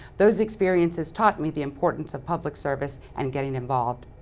those experiences taught me the importance of public service and getting involved.